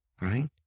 right